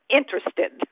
interested